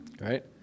right